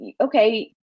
okay